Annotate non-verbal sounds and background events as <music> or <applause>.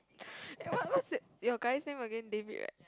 <breath> what what is your your guys name again David right